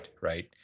right